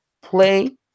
play